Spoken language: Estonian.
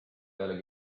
peale